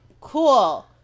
cool